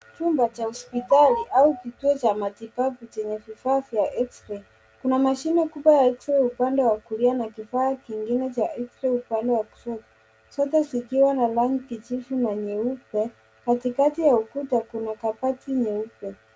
Chumba cha hospitali au kitu cha matibabu Chenye vifaa vya x-ray. Kuna mashini kubwa ya x-ray upande wa kushoto na kifaa lingine cha x-ray upande wa kushoto zote zikiwa na rangi jeusi na jeupe katika ukuta kuna mabati nyeupe.